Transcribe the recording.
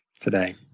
today